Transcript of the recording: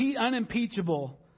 unimpeachable